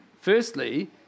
Firstly